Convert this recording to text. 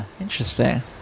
interesting